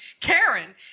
Karen